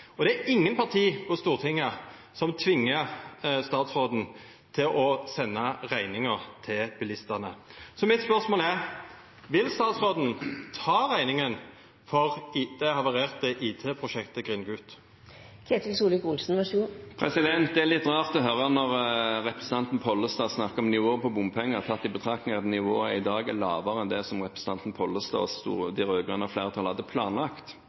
og det er ingen partier på Stortinget som tvinger statsråden til å sende regningen til bilistene. Så mitt spørsmål er: Vil statsråden ta regningen for det havarerte IT-prosjektet Grindgut? Det er litt rart å høre representanten Pollestad snakke om nivået på bompenger, tatt i betraktning at nivået i dag er lavere enn det som representanten Pollestad og det rød-grønne flertallet hadde planlagt.